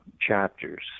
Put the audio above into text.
chapters